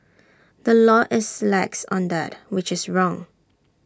the law is lax on that which is wrong